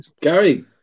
Gary